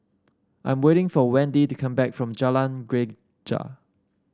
I'm waiting for Wendi to come back from Jalan Greja